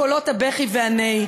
קולות הבכי והנהי,